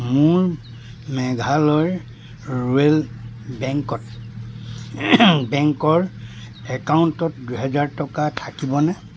মোৰ মেঘালয় ৰুৰেল বেংকত বেংকৰ একাউণ্টত দুহেজাৰ টকা থাকিবনে